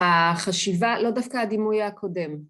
החשיבה לא דווקא הדימוי הקודם